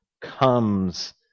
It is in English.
comes